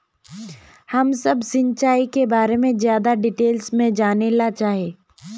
हम सब सिंचाई के बारे में ज्यादा डिटेल्स में जाने ला चाहे?